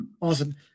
Awesome